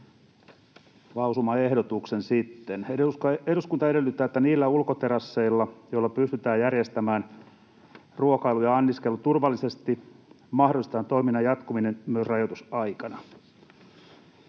lausumaehdotuksen: ”Eduskunta edellyttää, että niillä ulkoterasseilla, joilla pystytään järjestämään ruokailu ja anniskelu turvallisesti, mahdollistetaan toiminnan jatkuminen myös rajoitusaikana.”